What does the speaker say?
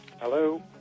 Hello